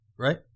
Right